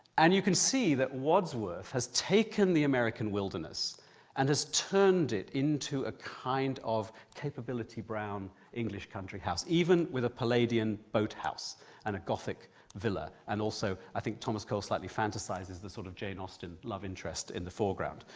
and you can see that wadsworth has taken the american wilderness and has turned it into a kind of capability brown english country house even with a palladian boathouse and a gothic villa, and also i think thomas cole slightly fantasises the sort of jane austen love interest in the foreground,